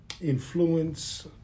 influence